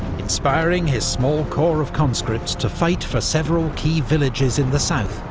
inspiring his small corps of conscripts to fight for several key villages in the south,